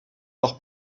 par